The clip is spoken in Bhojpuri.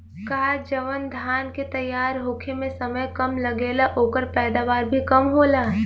का जवन धान के तैयार होखे में समय कम लागेला ओकर पैदवार भी कम होला?